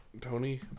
Tony